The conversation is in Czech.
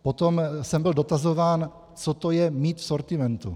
Potom jsem byl dotazován, co to je mít v sortimentu.